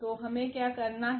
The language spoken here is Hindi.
तो हमें क्या करना है